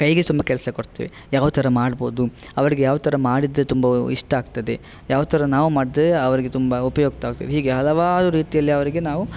ಕೈಗೆ ತುಂಬ ಕೆಲಸ ಕೊಡ್ತೇವೆ ಯಾವ ಥರ ಮಾಡ್ಬೋದು ಅವರಿಗೆ ಯಾವ ಥರ ಮಾಡಿದ್ರೆ ತುಂಬ ಇಷ್ಟ ಆಗ್ತದೆ ಯಾವ ಥರ ನಾವು ಮಾಡಿದ್ರೆ ಅವರಿಗೆ ತುಂಬ ಉಪಯುಕ್ತವಾಗ್ತದೆ ಹೀಗೆ ಹಲವಾರು ರೀತಿಯಲ್ಲಿ ಅವರಿಗೆ ನಾವು